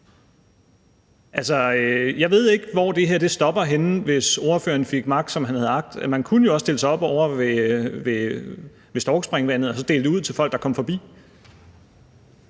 Jeg ved ikke, hvor det her stopper henne, hvis spørgeren får magt, som han har agt. Man kunne jo også stille sig op ovre ved Storkespringvandet og så dele det ud til folk, der kom forbi.